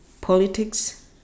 politics